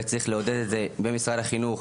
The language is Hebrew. וצריך לעודד את זה במשרד החינוך,